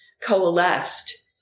coalesced